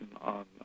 on